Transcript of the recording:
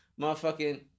Motherfucking